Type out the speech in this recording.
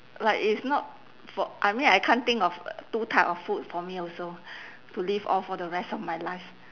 like it's not for I mean I can't think of two type of food for me also to live off for the rest of my life